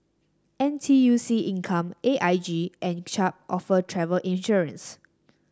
N T U C Income A I G and Chubb offer travel insurance